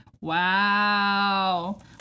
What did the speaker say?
Wow